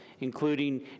including